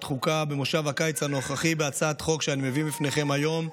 החוקה במושב הקיץ הנוכחי בהצעת החוק שאני מביא בפניכם היום,